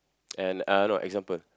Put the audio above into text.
and uh I know example